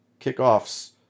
kickoffs